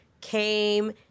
came